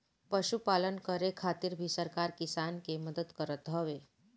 पशुपालन करे खातिर भी सरकार किसान के मदद करत हवे